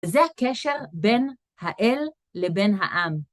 זה הקשר בין האל לבין העם.